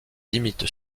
limite